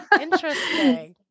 Interesting